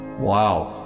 Wow